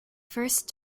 first